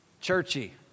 churchy